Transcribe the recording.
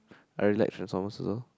I really like Transformers also